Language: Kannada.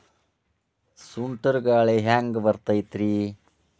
ಸುಂಟರ್ ಗಾಳಿ ಹ್ಯಾಂಗ್ ಬರ್ತೈತ್ರಿ?